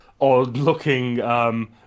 odd-looking